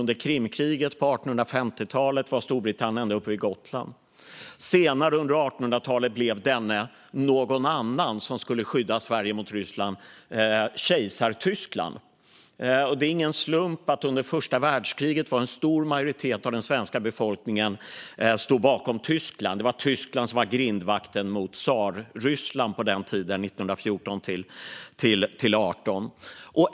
Under Krimkriget på 1850-talet var Storbritannien ända uppe vid Gotland. Senare under 1800-talet blev denne "någon annan" som skulle skydda Sverige mot Ryssland Kejsartyskland. Det är ingen slump att en stor majoritet av den svenska befolkningen under första världskriget stod bakom Tyskland. Det var Tyskland som var grindvakten mot Tsarryssland på den tiden, 1914-1918.